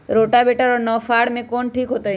Rotavator और नौ फ़ार में कौन ठीक होतै?